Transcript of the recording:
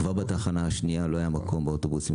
כבר בתחנה השנייה לחלוטין לא היה מקום באוטובוס,